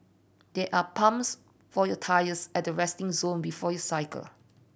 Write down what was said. there are pumps for your tyres at resting zone before you cycle